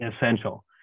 essential